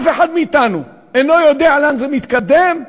אף אחד מאתנו אינו יודע לאן זה מתקדם,